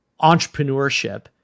entrepreneurship